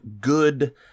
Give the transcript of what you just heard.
good